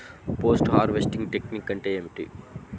Post harvesting technique అంటే ఏమిటీ?